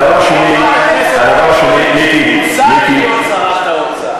הדבר השני, מיקי, מיקי, רוצה להיות שרת האוצר.